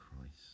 Christ